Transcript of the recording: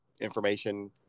information